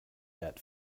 debt